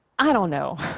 i don't know.